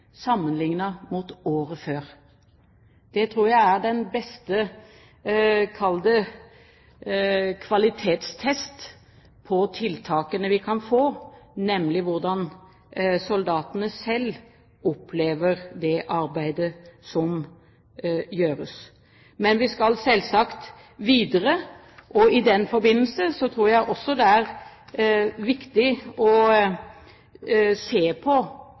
året før. Det tror jeg er den beste – kall det gjerne – kvalitetstest vi kan få på tiltakene, nemlig hvordan soldatene selv opplever det arbeidet som gjøres. Men vi skal selvsagt videre, og i den forbindelse tror jeg også det er viktig fortsatt å se på